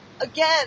again